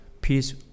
peace